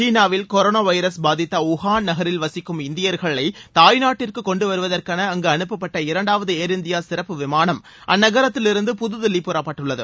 சீனாவில் corona virus பாதித்த Wuhan நகரில் வசிக்கும் இந்தியர்களை தாய்நாட்டிற்கு கொண்டு வருவதற்கென அங்கு அனுப்பப்பட்ட இரண்டாவது ஏர் இந்தியா சிறப்பு விமானம் அந்நகரத்திலிருந்து புதுதில்லி புறப்பட்டுள்ளது